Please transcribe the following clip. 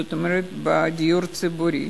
זאת אומרת בדיור הציבורי.